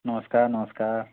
ନମସ୍କାର ନମସ୍କାର